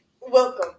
welcome